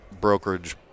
brokerage